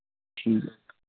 ਠੀਕ